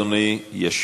תודה רבה, אדוני.